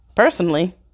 Personally